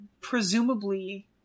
presumably